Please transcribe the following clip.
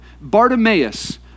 Bartimaeus